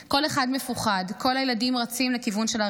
כל אחד מפוחד, כל הילדים רצים לכיוון של הרכב.